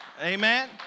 Amen